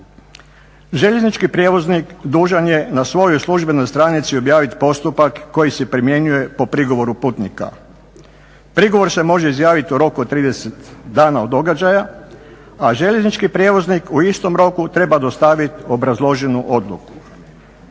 Željeznički prijevoznik dužan je na svojoj službenoj stranici objaviti postupak koji se primjenjuje po prigovoru putnika. Prigovor je može izjaviti u roku od 30 dana od događaja, a željeznički prijevoznik u istom roku treba dostaviti obrazloženu odluku.